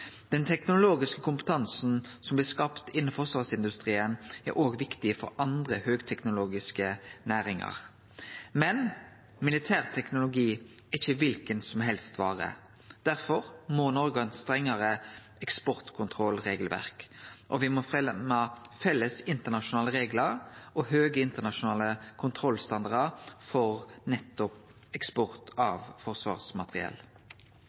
Den teknologiske kompetansen som blir skapt innan forsvarsindustrien, er òg viktig for andre høgteknologiske næringar. Men militær teknologi er ikkje ei kva vare som helst. Derfor må Noreg ha eit strengare eksportkontrollregelverk. Me må fremje felles internasjonale reglar og høge internasjonale kontrollstandardar for nettopp eksport av forsvarsmateriell.